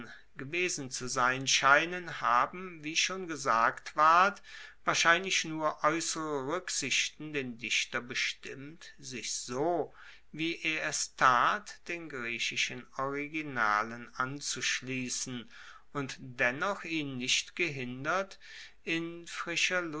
gewesen zu sein scheinen haben wie schon gesagt ward wahrscheinlich nur aeussere ruecksichten den dichter bestimmt sich so wie er es tat den griechischen originalen anzuschliessen und dennoch ihn nicht gehindert in frischer